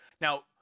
Now